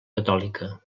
catòlica